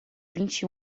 vinte